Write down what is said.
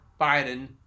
Biden